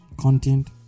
Content